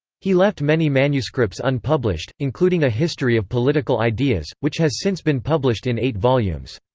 he left many manuscripts unpublished, including a history of political ideas, which has since been published in eight volumes.